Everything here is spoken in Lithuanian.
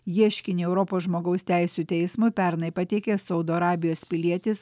ieškinį europos žmogaus teisių teismui pernai pateikė saudo arabijos pilietis